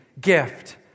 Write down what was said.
gift